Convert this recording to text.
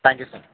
thank you sir